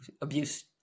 abuse